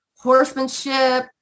horsemanship